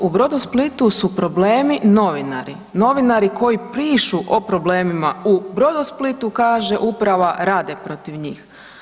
U „Brodosplitu“ su problemi novinari, novinari koji pišu o problemima u „Brodosplitu“, kaže uprava rade protiv njih.